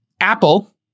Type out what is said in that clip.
Apple